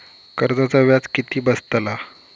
कर्जाचा व्याज किती बसतला?